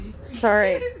Sorry